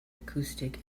acoustic